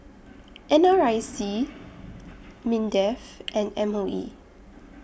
N R I C Mindef and M O E